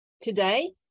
today